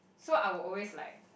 so I will always like